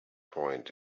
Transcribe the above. point